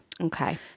Okay